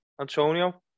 Antonio